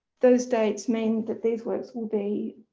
those dates mean that these works will be,